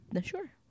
Sure